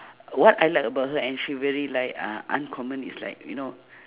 what I like about her and she really like uh uncommon is like you know